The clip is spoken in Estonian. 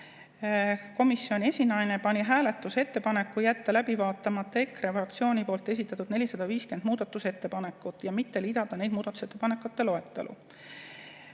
komisjoni esinaine pani hääletusele ettepaneku jätta läbi vaatamata EKRE fraktsiooni esitatud 450 muudatusettepanekut ja mitte lisada neid muudatusettepanekute loetellu.